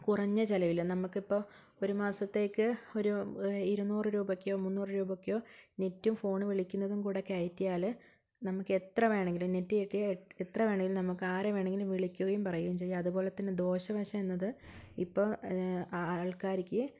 കുറഞ്ഞ ചിലവിൽ നമ്മുക്കിപ്പോൾ ഒരു മാസത്തേക്ക് ഒരു ഇരുന്നൂറു രൂപയ്ക്കോ മുന്നൂറു രൂപയ്ക്കോ നെറ്റും ഫോണു വിളിക്കുന്നതും കൂടി കയറ്റിയാൽ നമുക്ക് എത്ര വേണമെങ്കിലും നെറ്റ് കയറ്റിയാൽ എത്ര വേണമെങ്കിലും നമുക്ക് ആരെ വേണമെങ്കിലും വിളിക്കുകയും പറയുകയും ചെയ്യാം അതുപോലെത്തന്നെ ദോഷവശം എന്നത് ഇപ്പോൾ ആൾക്കാർക്ക്